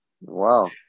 Wow